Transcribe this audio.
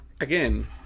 again